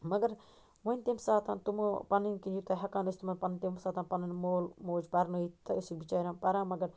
مگر وَنہِ تَمہِ ساتن تِمو پَننٕۍ کِنۍ یوٗتاہ ہیٚکان ٲسۍ تمن پَنُن تَمہِ ساتن پَنُن مول موج پَرنٲیتھ تہٕ ٲسِکھ بِچارین پَران مگر